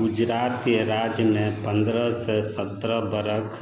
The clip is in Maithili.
गुजरात राज्यमे पनरहसे सतरह बरख